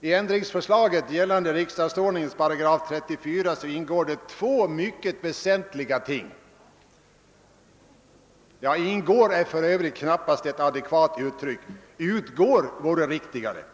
I ändringsförslaget gällande riksdagsordningens 34 8 ingår två mycket väsentliga ting. »Ingår» är för övrigt inte ett adekvat uttryck — »utgår» vore riktigare.